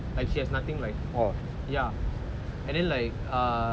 like she has nothing like ya and then like ah